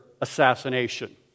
assassination